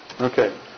Okay